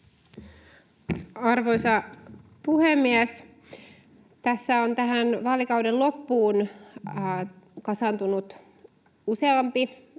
Arvoisa puhemies! Tähän vaalikauden loppuun on kasaantunut useampi